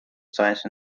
science